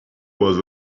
was